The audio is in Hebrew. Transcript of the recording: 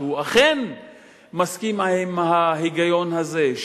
שהוא אכן מסכים עם ההיגיון הזה,